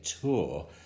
tour